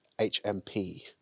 HMP